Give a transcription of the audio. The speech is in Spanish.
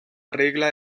regla